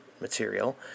material